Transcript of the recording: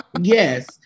Yes